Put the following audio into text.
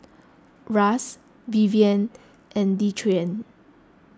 Ras Vivien and Dequan